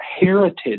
heritage